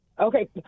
okay